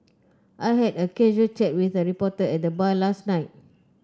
I had a casual chat with a reporter at the bar last night